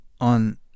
on